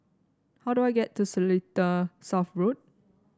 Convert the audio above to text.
how do I get to Seletar South Road